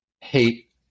hate